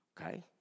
Okay